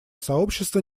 сообщество